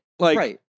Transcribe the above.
Right